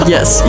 Yes